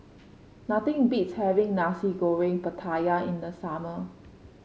nothing beats having Nasi Goreng Pattaya in the summer